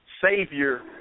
savior